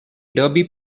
derby